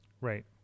Right